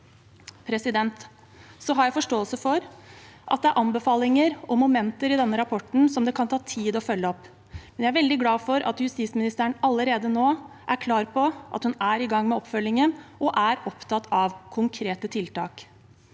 neste gang. Jeg har forståelse for at det er anbefalinger og momenter i denne rapporten som det kan ta tid å følge opp, men jeg er veldig glad for at justisministeren allerede nå er klar på at hun er i gang med oppfølgingen og er opptatt av konkrete tiltak.